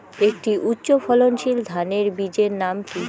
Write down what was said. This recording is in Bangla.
একটি উচ্চ ফলনশীল ধানের বীজের নাম কী?